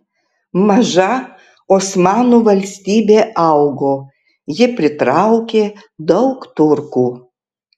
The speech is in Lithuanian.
maža osmanų valstybė augo ji pritraukė daug turkų